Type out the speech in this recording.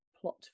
plot